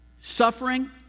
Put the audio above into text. suffering